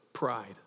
pride